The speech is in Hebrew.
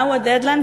מהו ה"דד-ליין"?